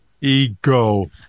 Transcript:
ego